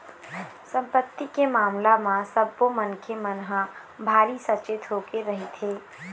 संपत्ति के मामला म सब्बो मनखे मन ह भारी सचेत होके रहिथे